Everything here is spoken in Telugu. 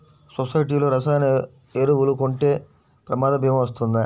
సొసైటీలో రసాయన ఎరువులు కొంటే ప్రమాద భీమా వస్తుందా?